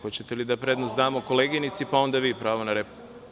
Hoćete da prednost damo koleginici, pa onda vi pravo na repliku.